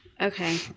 Okay